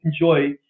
enjoy